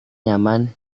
nyaman